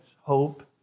Hope